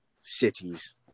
cities